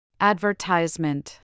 Advertisement